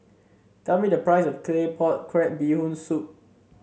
tell me the price of Claypot Crab Bee Hoon Soup